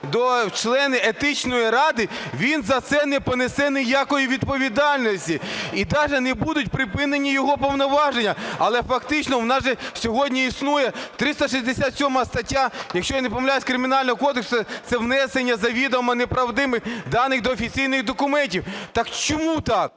в члени Етичної ради, він за це не понесе ніякої відповідальності! І даже не будуть припинені його повноваження. Але фактично у нас же сьогодні існує 367 стаття, якщо я не помиляюсь, Кримінального кодексу - це внесення завідомо неправдивих даних до офіційних документів. Так чому так?